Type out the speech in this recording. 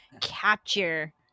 capture